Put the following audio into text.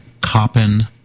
Coppin